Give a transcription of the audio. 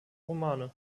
romane